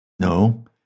No